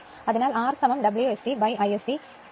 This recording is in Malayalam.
അതിനാൽ R W s c Isc 2